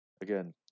Again